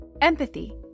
Empathy